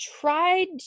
tried